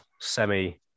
semi